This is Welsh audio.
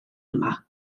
yma